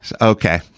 Okay